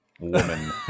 Woman